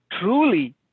Truly